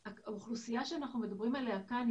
האוכלוסייה שאנחנו מדברים עליה כאן היא